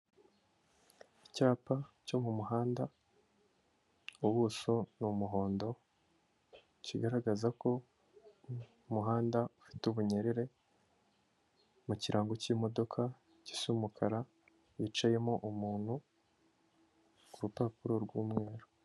Icyapa cyo mu muhanda, ubuso ni umuhondo, kigaragaza ko umuhanda ufite ubunyerere, mu kirango cy'imodoka gisa umukara hicayemo umuntu ku rupapuro rw'umweru.